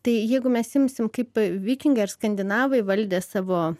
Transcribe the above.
tai jeigu mes imsim kaip vikingai ar skandinavai valdė savo